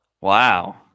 Wow